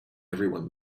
everyone